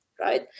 right